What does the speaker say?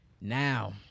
Now